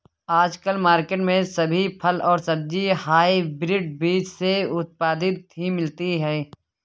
आजकल मार्केट में सभी फल और सब्जी हायब्रिड बीज से उत्पादित ही मिलती है